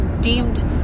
deemed